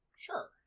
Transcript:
Sure